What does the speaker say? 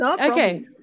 Okay